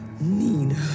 Nina